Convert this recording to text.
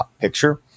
picture